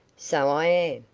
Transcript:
so i am,